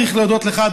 צריך להודות לך,